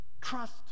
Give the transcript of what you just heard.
Trust